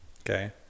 okay